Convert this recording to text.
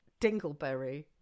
dingleberry